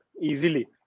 easily